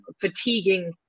fatiguing